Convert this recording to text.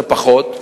זה פחות,